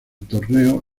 torneo